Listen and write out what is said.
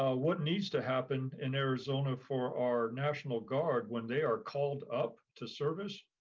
ah what needs to happen in arizona for our national guard when they are called up to service,